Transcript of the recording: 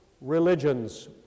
religions